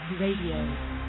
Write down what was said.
Radio